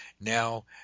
now